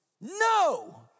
no